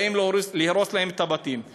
באים להרוס להם את הבתים.